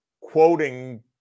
quoting